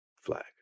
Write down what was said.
flag